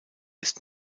ist